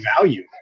value